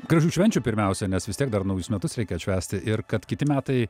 gražių švenčių pirmiausia nes vis tiek dar naujus metus reikia atšvęsti ir kad kiti metai